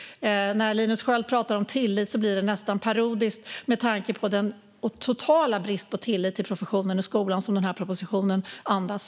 När Linus Sköld talar om tillit blir det nästan parodiskt med tanke på den totala brist på tillit till professionen i skolan som denna proposition andas.